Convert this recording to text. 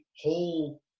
whole